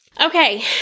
Okay